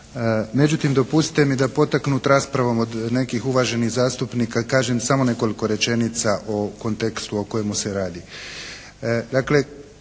Međutim dopustite mi da potaknut raspravom od nekih uvaženih zastupnika kažem samo nekoliko rečenica o kontekstu o kojemu se radi.